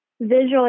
visually